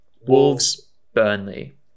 Wolves-Burnley